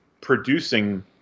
producing